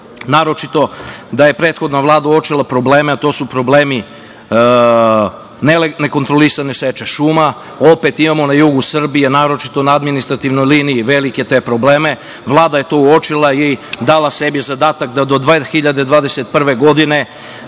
naročito da je prethodna Vlada uočila probleme, a to su problemi nekontrolisane seče šuma. Opet imamo na jugu Srbije, naročito na administrativnoj liniji, velike te probleme. Vlada je to uočila i dala sebi zadatak da do 2021. godine